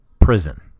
prison